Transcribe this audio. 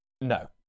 No